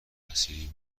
نصیری